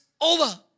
over